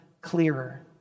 clearer